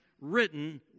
written